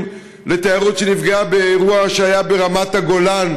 לתיירות שנפגעה באירוע שהיה ברמת הגולן,